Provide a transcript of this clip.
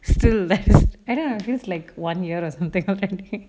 still I don't know feels like one year or something already